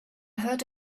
heard